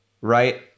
right